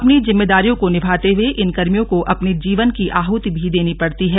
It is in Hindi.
अपनी जिम्मेदारियों को निभाते हुए इन कर्मियों को अपने जीवन की आहृति भी देनी पड़ती है